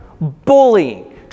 bullying